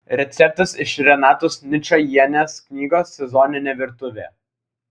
receptas iš renatos ničajienės knygos sezoninė virtuvė